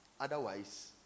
Otherwise